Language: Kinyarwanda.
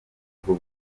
bwo